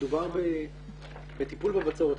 מדובר בטיפול בבצורת.